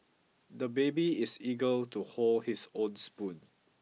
the baby is eager to hold his own spoon